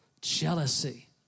jealousy